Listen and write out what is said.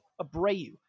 Abreu